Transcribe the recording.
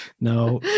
no